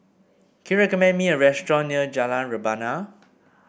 can you recommend me a restaurant near Jalan Rebana